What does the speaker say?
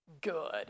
good